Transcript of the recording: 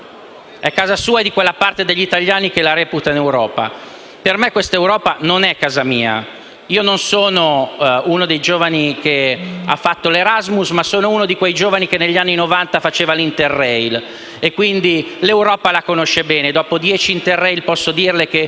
è casa sua e di quella parte degli italiani che la reputano Europa; ma questa Europa non è casa mia. Io non sono uno dei giovani che ha fatto l'Erasmus, ma sono uno di quei giovani che negli anni Novanta faceva l'Interrail, quindi l'Europa la conosce bene. Dopo dieci Interrail posso dirle che